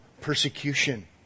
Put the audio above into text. persecution